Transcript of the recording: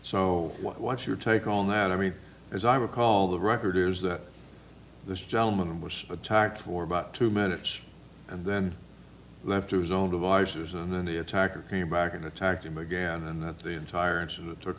so what's your take on that i mean as i recall the record is that this gentleman was attacked for about two minutes and then left to his own devices and then the attacker came back and attacked him again and that the entire incident took